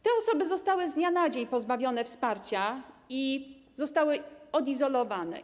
Te osoby zostały z dnia na dzień pozbawione wsparcia i odizolowane.